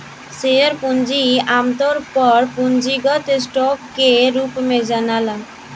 share पूंजी आमतौर पर पूंजीगत स्टॉक के रूप में जनाला